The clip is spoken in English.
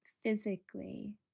physically